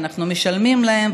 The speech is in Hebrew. ואנחנו משלמים להם,